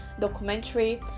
documentary